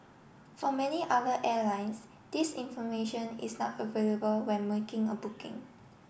for many other airlines this information is not available when making a booking